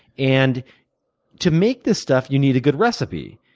and to make this stuff, you need a good recipe.